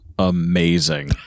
Amazing